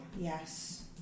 Yes